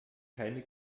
keine